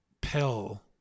pill